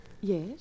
Yes